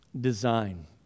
design